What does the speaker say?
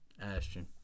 Ashton